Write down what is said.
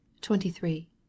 Twenty-three